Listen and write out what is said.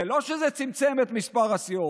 זה לא צמצם את מספר הסיעות,